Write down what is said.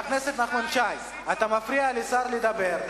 חבר הכנסת נחמן שי, אתה מפריע לשר לדבר.